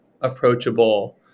approachable